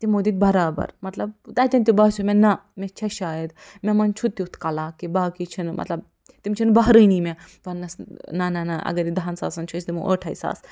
تِمَو دِتۍ برابر مطلب تَتٮ۪ن تہِ باسٮ۪و مےٚ نہَ مےٚ چھےٚ شایِد مےٚ منٛز چھُ تٮُ۪تھ کلا کہِ باقٕے چھِنہٕ مطلب تِم چھِنہٕ بحرٲنی مےٚ وَنٕنَس نہَ نہَ نہَ اگر یہِ دَہَن ساسَن چھِ أسۍ دِمَو ٲٹھٕے ساس